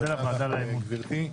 תודה לגברתי.